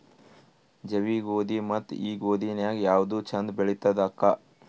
ಜವಿ ಗೋಧಿ ಮತ್ತ ಈ ಗೋಧಿ ನ್ಯಾಗ ಯಾವ್ದು ಛಂದ ಬೆಳಿತದ ಅಕ್ಕಾ?